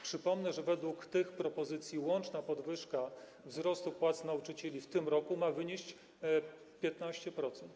Przypomnę, że według tych propozycji łączna podwyżka, wzrost płac nauczycieli w tym roku ma wynieść 15%.